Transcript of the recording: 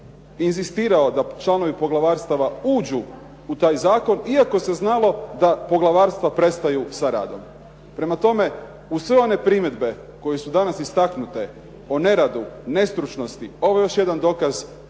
inzistirao da članovi poglavarstava uđu u taj zakon iako se znalo da poglavarstva prestaju sa radom. Prema tome, uz sve one primjedbe koje su danas istaknute o neradu, nestručnosti ovo je još jedan dokaz